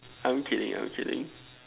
are you kidding are you kidding